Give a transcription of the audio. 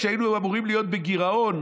כשהיינו אמורים להיות בגירעון,